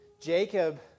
Jacob